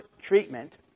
treatment